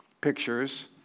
pictures